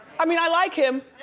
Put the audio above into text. i mean, i like him.